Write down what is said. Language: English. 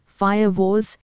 firewalls